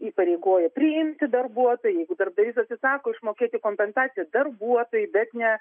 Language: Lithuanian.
įpareigoja priimti darbuotoją jeigu darbdavys atsisako išmokėti kompensaciją darbuotojui bet ne